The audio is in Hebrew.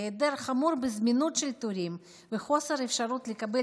היעדר חמור בזמינות של תורים וחוסר אפשרות לקבל